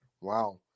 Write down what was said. Wow